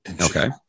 Okay